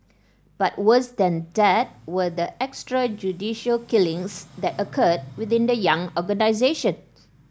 but worse than that were the extrajudicial killings that occurred within the young organisation